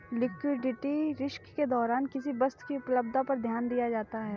liquidity risk के दौरान किसी वस्तु की उपलब्धता पर ध्यान दिया जाता है